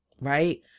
right